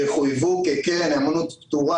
יחויבו כקרן נאמנות פטורה